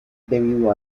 debido